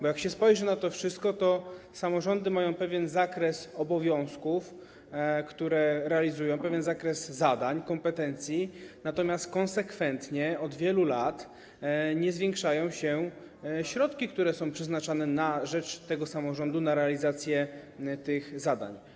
Bo jak się spojrzy na to wszystko, to samorządy mają pewien zakres obowiązków, które realizują, pewien zakres zadań, kompetencji, natomiast konsekwentnie od wielu lat nie zwiększają się środki, które są przeznaczane na rzecz samorządu na realizację tych zadań.